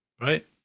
Right